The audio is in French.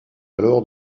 alors